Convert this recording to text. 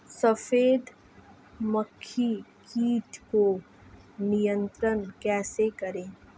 सफेद मक्खी कीट को नियंत्रण कैसे करें?